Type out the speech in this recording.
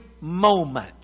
moment